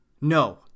No